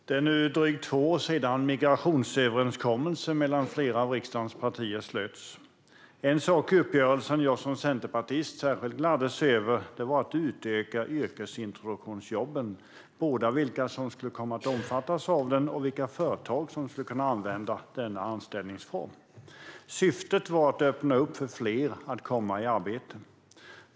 Fru talman! Det är nu drygt två år sedan migrationsöverenskommelsen mellan flera av riksdagens partier slöts. En sak i uppgörelsen som jag som centerpartist särskilt gladde mig åt var en ökning av yrkesintroduktionsjobben - både när det gällde vilka som skulle komma att omfattas av anställningsformen och vilka företag som skulle använda den. Syftet var att öppna för fler att komma i arbete.